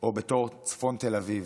או בתור צפון תל אביב.